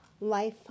life